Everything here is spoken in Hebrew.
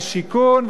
השיכון,